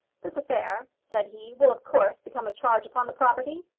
this affair, said he, will of course become a charge upon the property?